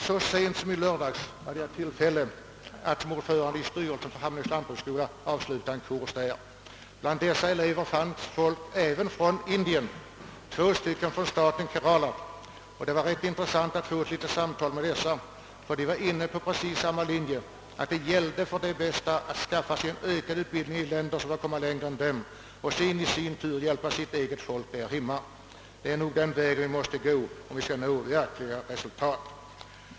Så sent som i lördags hade jag tillfälle att som ordförande i styrelsen för Hammenhögs lantbruksskola avsluta en kurs där. Bland eleverna fanns personer även från Indien — två från staten Kerala. Det var intressant att samtala med dem. De var inne på precis samma linje: att det gällde för de bästa att skaffa sig en ökad utbildning i länder som kommit längre än det egna landet för att sedan kunna hjälpa folket i hemlandet. Detta är nog den väg vi måste gå, om vi skall nå verkliga resultat.